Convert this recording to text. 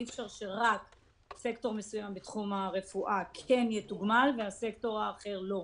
אי אפשר שסקטור מסוים בתחום הרפואה כן יתוגמל וסקטור אחר לא.